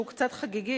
שהוא קצת חגיגי,